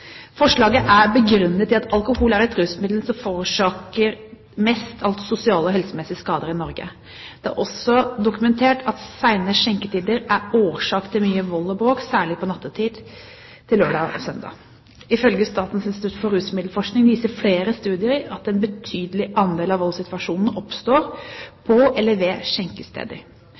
Forslaget er begrunnet i at alkohol er det rusmiddelet som forårsaker mest sosiale og helsemessige skader i Norge. Det er også dokumentert at sene skjenketider er årsak til mye vold og bråk, særlig på nattetid, natt til lørdag og søndag. Ifølge Statens institutt for rusmiddelforskning viser flere studier at en betydelig andel av voldssituasjonene oppstår på eller ved skjenkesteder.